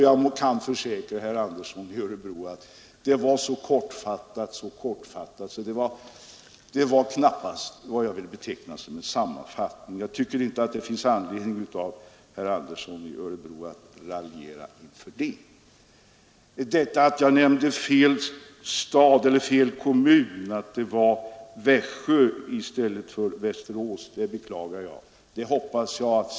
Jag fattade mig så kort att vad jag sade knappast kan betecknas som en sammanfattning, och jag tycker inte att det fanns anledning för herr Andersson i Örebro att raljera om det. Att jag nämnde fel kommun, att det skulle vara Växjö i stället för Västerås, beklagar jag.